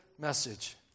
message